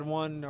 one